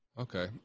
Okay